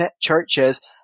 churches